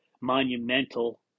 monumental